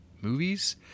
movies